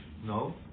No